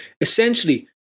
Essentially